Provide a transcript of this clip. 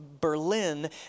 Berlin